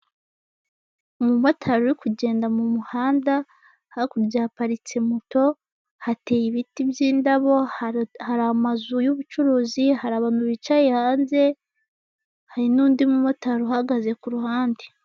Umu motari uri kugenda mu muhanda, hakurya haparitse moto, hateye ibiti by'indabo, hari amazu y'ubucuruzi, hari abantu bicaye hanze, hari n'undi mu motari uhagaze ku ruhande.